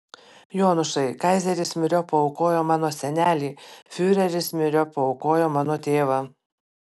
jonušai kaizeris myriop paaukojo mano senelį fiureris myriop paaukojo mano tėvą